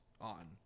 on